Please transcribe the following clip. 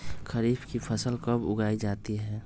खरीफ की फसल कब उगाई जाती है?